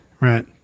Right